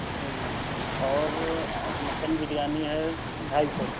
ہوں اور مٹن بریانی ہے ڈھائی سو